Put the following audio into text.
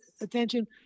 attention